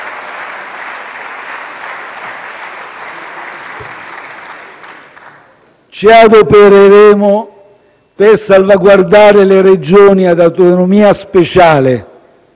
«Ci adopereremo per salvaguardare le Regioni ad autonomia speciale